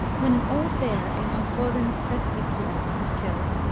when an old bear in ofodens prsbstegjeld was killed,